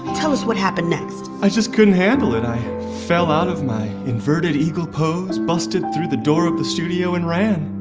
tell us what happened next i just couldn't handle it. i fell out of my inverted eagle pose, busted through the door of the studio and ran.